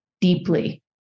deeply